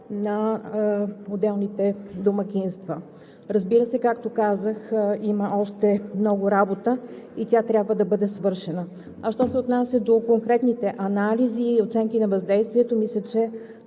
на отделните домакинства. Разбира се, както казах, има още много работа и тя трябва да бъде свършена. Що се отнася до конкретните анализи и оценки на въздействието, мисля, че